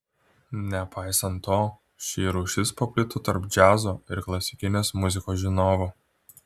nepaisant to ši rūšis paplito tarp džiazo ir klasikinės muzikos žinovų